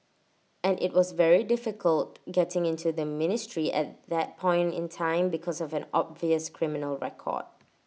and IT was very difficult getting into the ministry at that point in time because of an obvious criminal record